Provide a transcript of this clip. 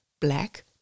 black